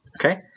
Okay